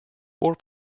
four